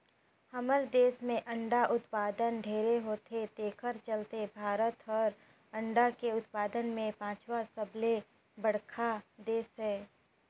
हमर देस में अंडा उत्पादन ढेरे होथे तेखर चलते भारत हर अंडा के उत्पादन में पांचवा सबले बड़खा देस हे